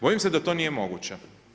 Bojim se da to nije moguće.